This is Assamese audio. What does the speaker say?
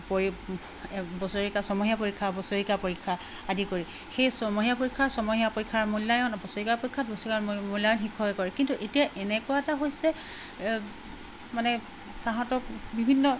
পৰী এই বছৰেকীয়া ছমহীয়া পৰীক্ষা বছৰেকীয়া পৰীক্ষা আদি কৰি সেই ছমহীয়া পৰীক্ষাৰ ছমহীয়া পৰীক্ষাৰ মূল্যায়ন বছৰেকীয়া পৰীক্ষাত বছৰিকাৰ মূল্যায়ন শিক্ষকে কৰে কিন্তু এতিয়া এনেকুৱা এটা হৈছে মানে তাহাঁঁতক বিভিন্ন